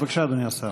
בבקשה, אדוני השר.